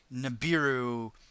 Nibiru